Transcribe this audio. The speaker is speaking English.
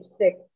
six